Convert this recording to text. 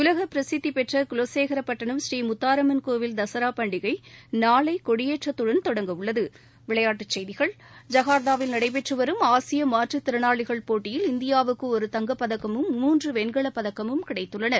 உலகபிரசித்திபெற்றகுலசேகரப்பட்டணம் கோவில் ஸ்ரீ முத்தாரம்மன் தசராபண்டிகைநாளைகொடியேற்றத்துடன் தொடங்க உள்ளது விளையாட்டுச்செய்திகள் ஜகா்த்தாவில் நடைபெற்றுவரும் ஆசியமாற்றுத்திறனாளிகள் போட்டியில் இந்தியாவுக்குஒரு தங்கப் பதக்கமும் மூன்றுவெண்கலப்பதகங்களும் கிடைத்துள்ளன